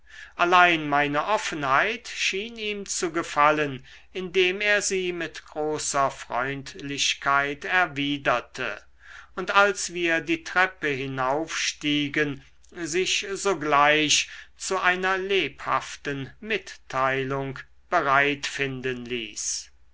allein meine offenheit schien ihm zu gefallen indem er sie mit großer freundlichkeit erwiderte und als wir die treppe hinaufstiegen sich sogleich zu einer lebhaften mitteilung bereit finden ließ